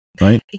right